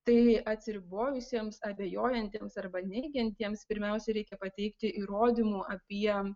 tai atsiribojusiems abejojantiems arba neigiantiems pirmiausia reikia pateikti įrodymų apie